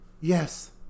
yes